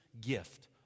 gift